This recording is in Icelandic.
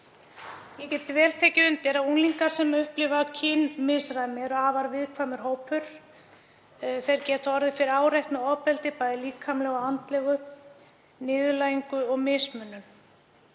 Ég get vel tekið undir að unglingar sem upplifa kynmisræmi eru afar viðkvæmur hópur. Þeir geta orðið fyrir áreitni og ofbeldi, bæði líkamlegu og andlegu, niðurlægingu og mismunun.